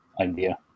idea